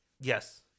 Yes